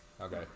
Okay